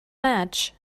match